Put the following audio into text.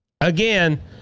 again